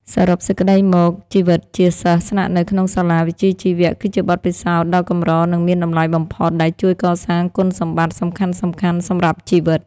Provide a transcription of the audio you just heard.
សរុបសេចក្តីមក ជីវិតជាសិស្សស្នាក់នៅក្នុងសាលាវិជ្ជាជីវៈគឺជាបទពិសោធន៍ដ៏កម្រនិងមានតម្លៃបំផុត ដែលជួយកសាងគុណសម្បត្តិសំខាន់ៗសម្រាប់ជីវិត។